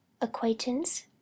Acquaintance